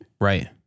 Right